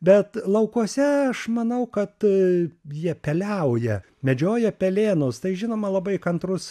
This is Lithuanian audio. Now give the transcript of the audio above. bet laukuose aš manau kad a jie peliauja medžioja pelėnus tai žinoma labai kantrus